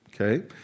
Okay